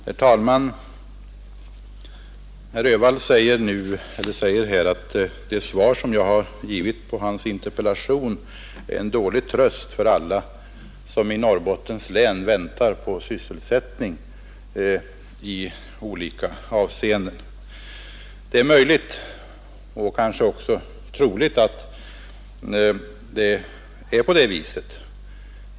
Herr talman! Herr Öhvall säger här att det svar som jag har givit på hans interpellation är en dålig tröst för alla i Norrbottens län som väntar på sysselsättning. Det är möjligt och kanske också troligt att det är riktigt.